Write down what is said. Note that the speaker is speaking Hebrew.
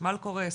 חשמל קורס,